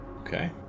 Okay